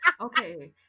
Okay